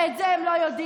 ואת זה הם לא יודעים.